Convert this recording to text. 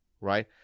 right